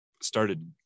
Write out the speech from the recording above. started